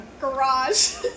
garage